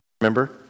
remember